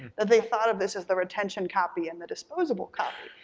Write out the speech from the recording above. that they thought of this as the retention copy and the disposable copy.